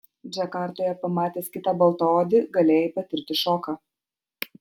džakartoje pamatęs kitą baltaodį galėjai patirti šoką